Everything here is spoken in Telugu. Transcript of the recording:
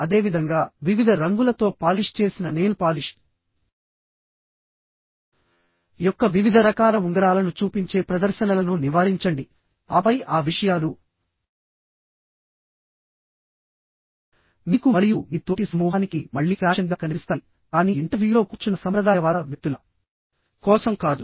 అదేవిధంగా వివిధ రంగులతో పాలిష్ చేసిన నెయిల్ పాలిష్ యొక్క వివిధ రకాల ఉంగరాలను చూపించే ప్రదర్శనలను నివారించండి ఆపై ఆ విషయాలు మీకు మరియు మీ తోటి సమూహానికి మళ్లీ ఫ్యాషన్గా కనిపిస్తాయి కానీ ఇంటర్వ్యూలో కూర్చున్న సంప్రదాయవాద వ్యక్తుల కోసం కాదు